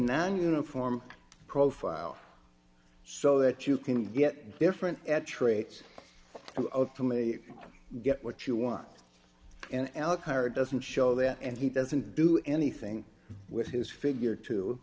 non uniform profile so that you can get different at traits ultimately get what you want and elkhart doesn't show that and he doesn't do anything with his figure t